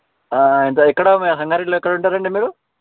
ఇంకా ఎక్కడ సంగారెడ్డిలో ఎక్కడుంటారు అండి మీరు